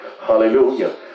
hallelujah